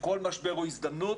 כל משבר הוא הזדמנות